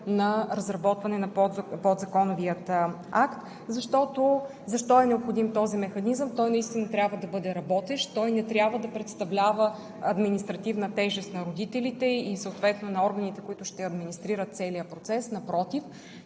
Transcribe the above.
на разработване на подзаконовия акт. Защо е необходим този механизъм? Той наистина трябва да бъде работещ, той не трябва да представлява административна тежест на родителите и съответно на органите, които ще администрират целия процес. Напротив,